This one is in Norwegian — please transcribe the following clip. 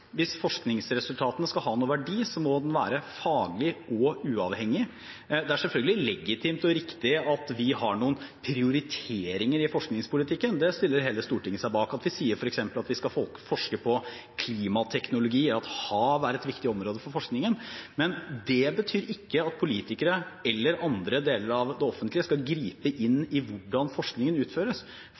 Hvis forskningsresultatene skal ha noen verdi, må forskningen være faglig uavhengig. Det er selvfølgelig legitimt og riktig at vi har noen prioriteringer i forskningspolitikken, det stiller hele Stortinget seg bak, at vi f.eks. sier at vi skal forske på klimateknologi, eller at hav er et viktig område for forskningen. Men det betyr ikke at politikere eller andre deler av det offentlige skal gripe inn i hvordan forskningen utføres.